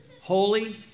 holy